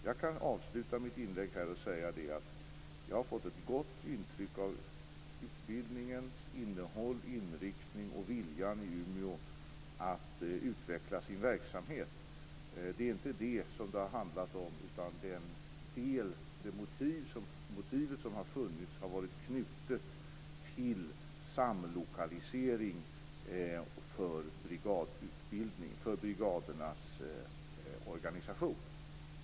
Jag kan avsluta mitt inlägg med att säga att jag har fått ett gott intryck av utbildningens innehåll, inriktning och viljan i Umeå att utveckla sin verksamhet. Det är inte det som det har handlat om, utan motivet som har funnits har varit knutet till samlokalisering av brigadernas organisation.